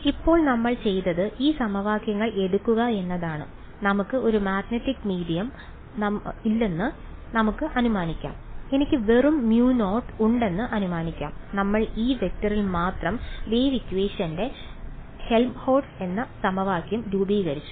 ഇപ്പോൾ നമ്മൾ ചെയ്തത് ഈ സമവാക്യങ്ങൾ എടുക്കുക എന്നതാണ് നമുക്ക് ഒരു മാഗ്നെറ്റിക് മീഡിയം ഇല്ലെന്ന് നമുക്ക് അനുമാനിക്കാം എനിക്ക് വെറും മ്യൂ നോട്ട് ഉണ്ടെന്ന് അനുമാനിക്കാം നമ്മൾ E→ ൽ മാത്രം വേവ് ഇക്വേഷൻറെ ഹെൽംഹോൾട്ട്സ് എന്ന സമവാക്യം രൂപീകരിച്ചു